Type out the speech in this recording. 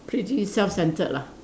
pretty self centred lah